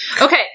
Okay